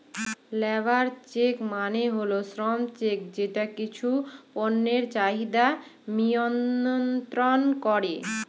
labour check মানে হল শ্রম চেক যেটা কিছু পণ্যের চাহিদা মিয়ন্ত্রন করে